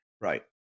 Right